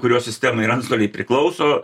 kurio sistemai ir antstoliai priklauso